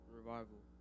Revival